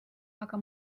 aga